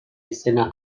izena